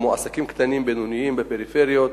כמו עסקים קטנים ובינוניים בפריפריות